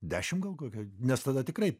dešimt gal kokia nes tada tikrai